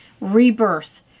rebirth